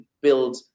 build